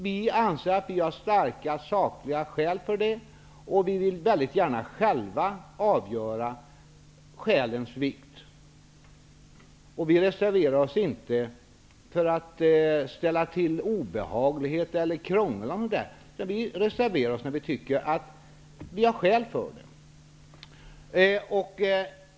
Vi anser att vi har starka sakliga skäl för det. Vi vill också gärna själva avgöra skälens vikt. Vi reserverar oss inte för att ställa till obehagligheter eller för att krångla, utan vi reserverar oss när vi tycker att vi har skäl för det.